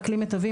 הכלי המיטבי,